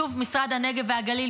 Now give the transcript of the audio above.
בשיתוף משרד הנגב והגליל,